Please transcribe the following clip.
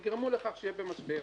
ויגרמו לכך שיהיה במשבר.